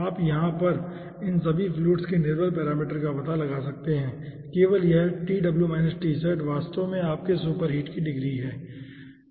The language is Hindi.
आप यहाँ इन सब फ्लूइड पर निर्भर पैरामीटर का पता लगा सकते हैं केवल यह वास्तव में आपकी सुपर हीट की डिग्री है